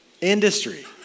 industry